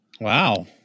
Wow